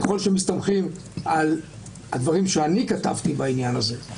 ככל שמסתמכים על הדברים שאני כתבתי בעניין הזה,